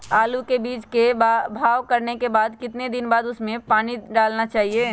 आलू के बीज के भाव करने के बाद कितने दिन बाद हमें उसने पानी डाला चाहिए?